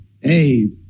hey